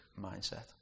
mindset